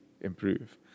improve